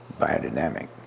biodynamic